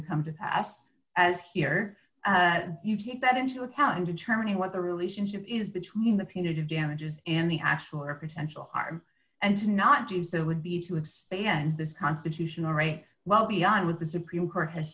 to come to pass as here you take that into account determining what the relationship is between the punitive damages and the actual or potential harm and to not do so would be to expand this constitutional right well beyond with the supreme court has